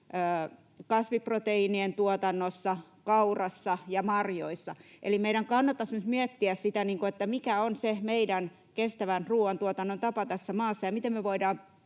kasviproteiinien tuotannossa, kaurassa ja marjoissa. Eli meidän kannattaisi nyt miettiä, mikä on se meidän kestävän ruuantuotannon tapa tässä maassa ja miten me voidaan